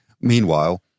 Meanwhile